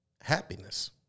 happiness